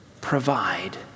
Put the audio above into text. provide